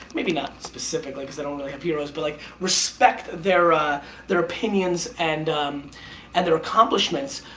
maybe not specifically because i don't really have heroes, but like respect their their opinions and and their accomplishments.